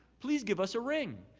please give us a ring.